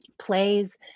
plays